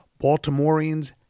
Baltimoreans